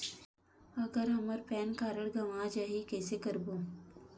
अगर हमर PAN card गवां जाही कइसे करबो?